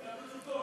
לפרוטוקול.